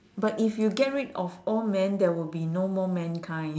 but if you get rid of all men there will be no more mankind